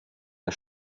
der